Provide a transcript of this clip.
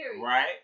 Right